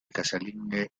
casalinghe